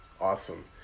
awesome